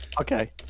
Okay